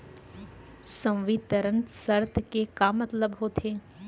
संवितरण शर्त के का मतलब होथे?